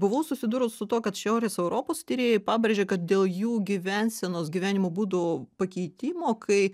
buvau susidūrus su tuo kad šiaurės europos tyrėjai pabrėžia kad dėl jų gyvensenos gyvenimo būdo pakeitimo kai